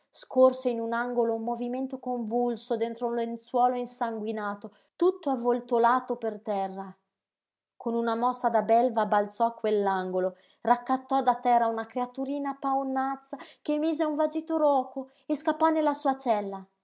scorse in un angolo un movimento convulso dentro un lenzuolo insanguinato tutto avvoltolato per terra con una mossa da belva balzò a quell'angolo raccattò da terra una creaturina paonazza che emise un vagito rco e scappò nella sua cella